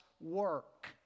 work